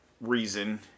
reason